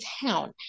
town